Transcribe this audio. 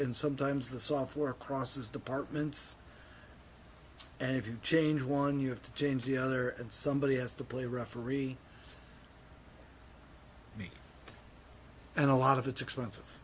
and sometimes the software crosses departments and if you change one you have to change the other and somebody has to play referee and a lot of it's expensive